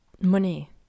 money